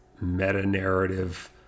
meta-narrative